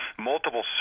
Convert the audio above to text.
multiple